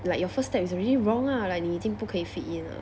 like your first step is already wrong lah like 你已经不可以 fit in 了